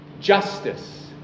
Justice